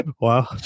wow